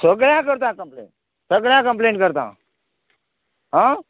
सगळ्या करतां कंम्प्लेन सगळ्याक कंम्प्लेन करतां हां